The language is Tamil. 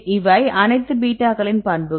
இவை அனைத்து பீட்டாகளின் பண்புகள்